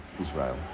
Israel